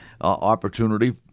opportunity